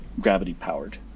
gravity-powered